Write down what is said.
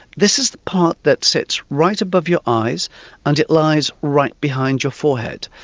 this is the part that sits right above your eyes and it lies right behind your forehead.